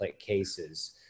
cases